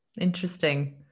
Interesting